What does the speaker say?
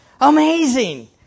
amazing